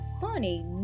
funny